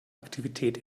aktivität